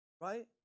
right